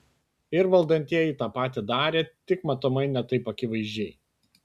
ir valdantieji tą patį darė tik matomai ne taip akivaizdžiai